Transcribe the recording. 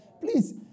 Please